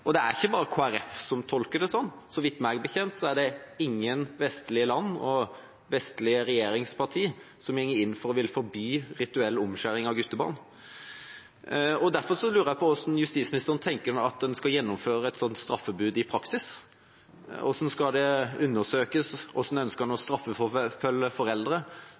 Og det er ikke bare Kristelig Folkeparti som tolker det slik. Meg bekjent er det ingen andre vestlige land eller vestlige regjeringsparti som går inn for å forby rituell omskjæring av guttebarn. Derfor lurer jeg på hvordan justisministeren tenker seg at man skal gjennomføre et slikt straffebud i praksis. Hvordan skal det undersøkes? Hvordan ønsker han å straffeforfølge foreldre?